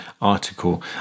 article